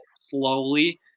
slowly